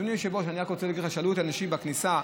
אדוני היושב-ראש, שאלו אותי אנשים בכניסה: